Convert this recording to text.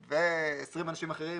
ו-20 אנשים אחרים,